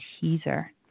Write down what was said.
teaser